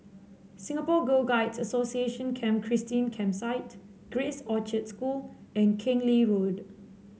Singapore Girl Guide Association Camp Christine Campsite Grace Orchard School and Keng Lee Road